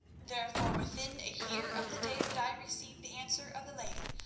therefore, within a year of the day that i receive the answer of the lady,